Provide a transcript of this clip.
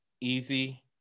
Easy